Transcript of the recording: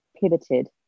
pivoted